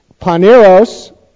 Paneros